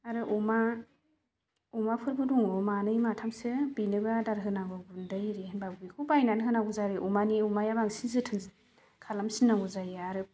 आरो अमा अमाफोरबो दङ मानै माथामसो बेनोबो आदार होनांगौ गुन्दै आरि होनबाबो बेखौ बायनानै होनांगौ जायो आरो अमानि अमाया बांसिन जोथोन खालामफिननांगौ जायो आरो